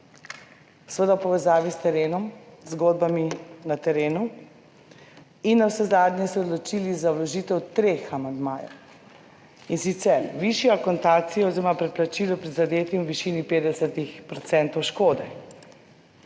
v povezavi s terenom, zgodbami na terenu in navsezadnje se odločili za vložitev treh amandmajev in sicer, višjo akontacijo oziroma preplačilo prizadetim v višini 50 % 22.